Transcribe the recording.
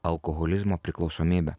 alkoholizmo priklausomybę